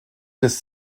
des